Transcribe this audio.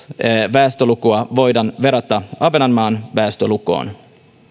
väestölukua voidaan verrata ahvenanmaan väestölukuun